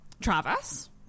Travis